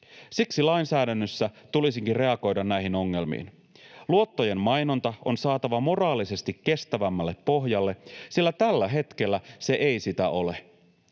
Siksi lainsäädännössä tulisikin reagoida näihin ongelmiin. Luottojen mainonta on saatava moraalisesti kestävämmälle pohjalle, sillä tällä hetkellä se ei sitä ole.